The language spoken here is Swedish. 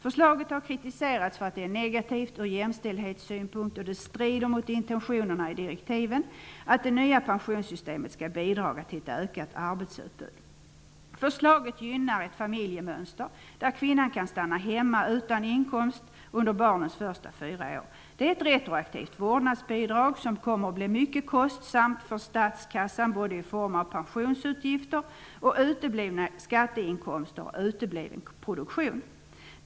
Förutom att förslaget kritiserats som negativt ur jämställdhetssynpunkt strider det mot intentionerna i direktiven att det nya pensionssystemet skall bidra till ett ökat arbetsutbud. Förslaget gynnar ett familjemönster där kvinnan kan stanna hemma utan inkomst under barnens första fyra år. Det är ett retroaktivt vårdnadsbidrag, som kommer att bli mycket kostsamt för statskassan både i form av pensionsutgifter och uteblivna skatteinkomster och utebliven produktion.